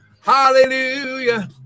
Hallelujah